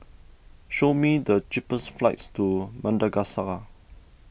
show me the cheapest flights to Madagascar